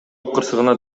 кырсыгынан